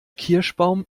kirschbaum